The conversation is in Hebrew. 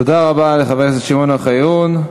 תודה רבה לחבר הכנסת שמעון אוחיון.